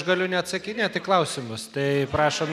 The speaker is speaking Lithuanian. aš galiu neatsakinėt į klausimus tai prašom